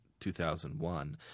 2001